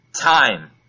time